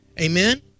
Amen